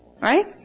right